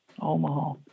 Omaha